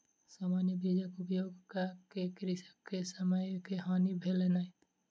सामान्य बीजक उपयोग कअ के कृषक के समय के हानि भेलैन